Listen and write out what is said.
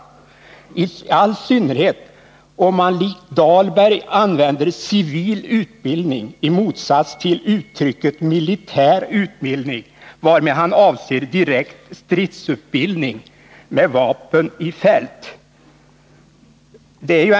Det gäller i all synnerhet om man, likt Benkt Dahlberg, använder begreppet civil utbildning i motsats till uttrycket militär utbildning, varmed han avser direkt stridsutbildning med vapen i fält.